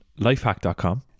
lifehack.com